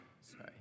Sorry